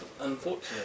unfortunate